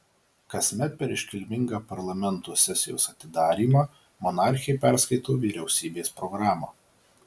kasmet per iškilmingą parlamento sesijos atidarymą monarchė perskaito vyriausybės programą